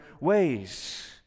ways